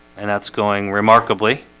and that's going remarkably